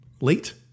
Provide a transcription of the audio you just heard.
late